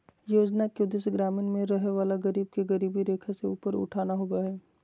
योजना के उदेश्य ग्रामीण में रहय वला गरीब के गरीबी रेखा से ऊपर उठाना होबो हइ